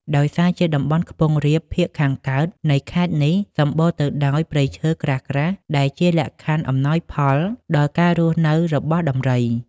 ដោយសារជាតំបន់ខ្ពង់រាបភាគខាងកើតនៃខេត្តនេះ សម្បូរទៅដោយព្រៃឈើក្រាស់ៗ ដែលជាលក្ខខណ្ឌអំណោយផលដល់ការរស់នៅរបស់ដំរី។